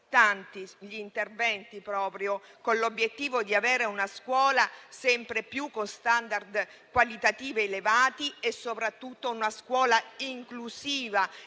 Grazie